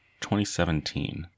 2017